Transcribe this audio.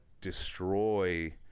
Destroy